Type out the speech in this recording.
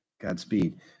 Godspeed